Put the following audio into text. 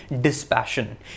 dispassion